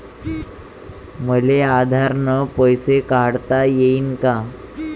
मले आधार न पैसे काढता येईन का?